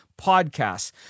podcasts